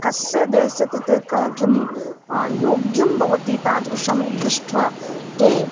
कस्य देहस्य कृते किं किं योग्यं भवति तादृशं दृष्ट्वा ते